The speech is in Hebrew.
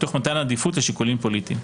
תוך מתן עדיפות לשיקולים פוליטיים.